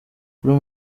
kuri